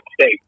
state